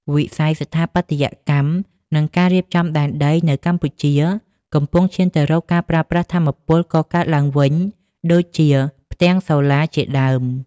វិស័យស្ថាបត្យកម្ម និងការរៀបចំដែនដីនៅកម្ពុជា កំពុងឈានទៅរកការប្រើប្រាស់ថាមពលកកើតឡើងវិញដូចជា ផ្ទាំងសូឡា ជាដើម។